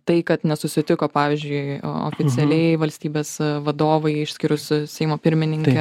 tai kad nesusitiko pavyzdžiui oficialiai valstybės vadovai išskyrus seimo pirmininkę